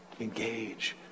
Engage